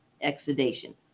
exudation